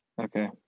Okay